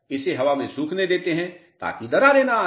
इसे हवा में सूखने देते हैं ताकि दरारें न आएं